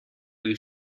you